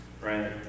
Right